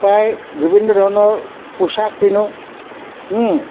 প্ৰায় বিভিন্ন ধৰণৰ পোচাক পিন্ধো